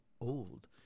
old